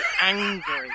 angry